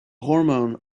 hormone